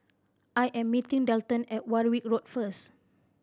I am meeting Delton at Warwick Road first